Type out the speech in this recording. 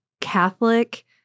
Catholic